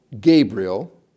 Gabriel